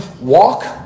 walk